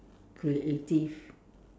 creative